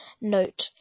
note